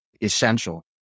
essential